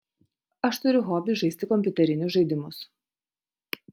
aš turiu hobį žaisti kompiuterinius žaidimus